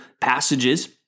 passages